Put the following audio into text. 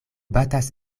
batas